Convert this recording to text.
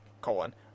colon